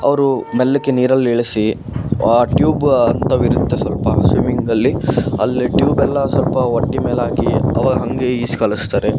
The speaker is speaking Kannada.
ಅವರು ಮೆಲ್ಲಗೆ ನೀರಲ್ಲಿ ಇಳಿಸಿ ಆ ಟ್ಯೂಬ್ ಅಂಥವು ಇರುತ್ತೆ ಸ್ವಲ್ಪ ಸ್ವಿಮಿಂಗಲ್ಲಿ ಅಲ್ಲಿ ಟ್ಯೂಬೆಲ್ಲ ಸ್ವಲ್ಪ ಹೊಟ್ಟೆ ಮೇಲಾಕಿ ಅವರ ಹಾಗೆ ಈಜಿ ಕಲಿಸ್ತಾರೆ